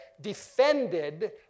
defended